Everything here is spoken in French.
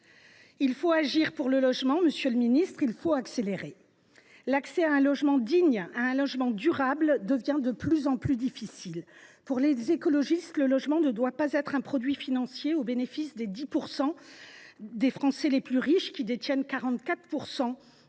Il faut agir en faveur du logement, monsieur le ministre, et il faut même accélérer. L’accès à un logement digne, à un logement durable, devient de plus en plus difficile. Pour les écologistes, le logement ne doit pas être un produit financier au bénéfice des 10 % des Français les plus riches, qui détiennent 44